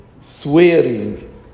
swearing